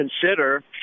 consider